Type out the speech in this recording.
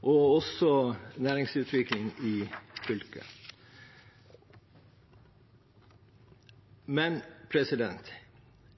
og også til næringsutvikling i fylket. Men